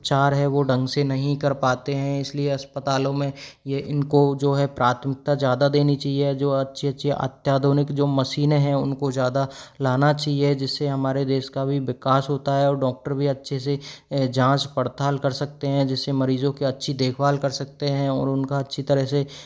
उपचार है वो ढंग से नहीं कर पाते हैं इसीलिए अस्पतालों में ये इनको जो है प्राथमिकता ज़्यादा देनी चाहिए जो अच्छी अच्छी अत्याधुनिक जो मशीनें है उनको ज़्यादा लाना चाहिए जिससे हमारे देश का भी विकास होता है डॉक्टर भी अच्छे से जाँच पड़ताल कर सकते हैं जिससे मरीजों की अच्छी देखभाल कर सकते हैं और उनका अच्छी तरह से